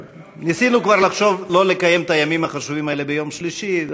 ניסינו כבר לחשוב לא לקיים את הימים החשובים האלה ביום שלישי.